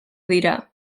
dira